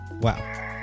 Wow